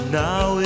now